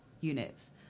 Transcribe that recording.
units